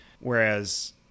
Whereas